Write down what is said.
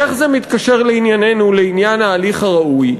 איך זה מתקשר לענייננו, לעניין ההליך הראוי?